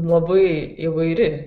labai įvairi